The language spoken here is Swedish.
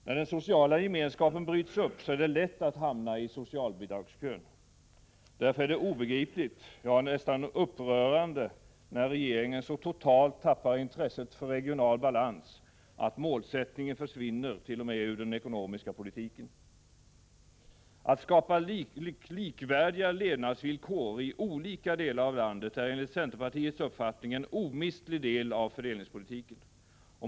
När den sociala gemenskapen bryts upp är det lätt att komma i socialbidragskön. Därför är det obegripligt, ja, nästan upprörande, när regeringen så totalt tappar intresset för regional balans, att målsättningen t.o.m. försvinner ur den ekonomiska politiken. Att skapa likvärdiga levnadsvillkor i olika delar av landet är enligt centerpartiets uppfattning en omistlig del av fördelningspolitiken.